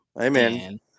Amen